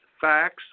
facts